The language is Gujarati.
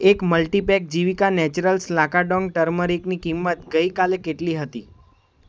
એક મલ્ટીપેક જીવિકા નેચરલ્સ લાકાડોંગ ટર્મરિકની કિંમત ગઈ કાલે કેટલી હતી